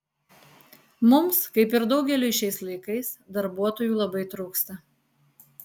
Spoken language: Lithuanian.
mums kaip ir daugeliui šiais laikais darbuotojų labai trūksta